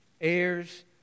Heirs